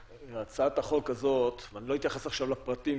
שהצעת החוק הזאת ולא אתייחס עכשיו לפרטיה